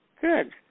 Good